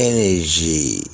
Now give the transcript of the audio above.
Energy